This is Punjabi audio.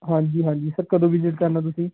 ਹਾਂਜੀ ਹਾਂਜੀ ਸਰ ਕਦੋਂ ਵਿਜ਼ਿਟ ਕਰਨਾ ਤੁਸੀਂ